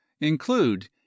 include